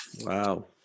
Wow